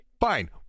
Fine